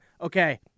okay